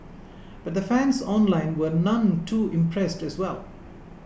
but the fans online were none too impressed as well